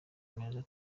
meza